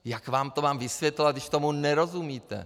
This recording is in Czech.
Jak vám to mám vysvětlovat, když tomu nerozumíte?